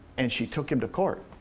and she took him to court.